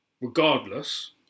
regardless